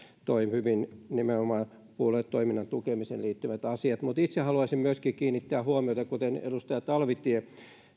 toi hyvin nimenomaan puoluetoiminnan tukemiseen liittyvät asiat mutta itse haluaisin kiinnittää huomiota kuten edustaja talvitie